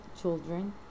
children